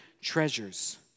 treasures